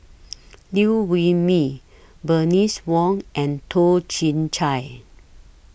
Liew Wee Mee Bernice Wong and Toh Chin Chye